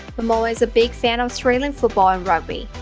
momoa is a big fan of australian football and rugby.